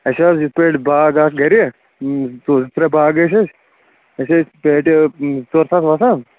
اسہِ حظ یِتھ پٲٹھۍ باغ اکھ گرِ زٕ ترٛےٚ باغ ٲسۍ اَسہِ اَسہِ ٲسۍ پیٹہِ زٕ ژور ساس وسان